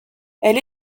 elle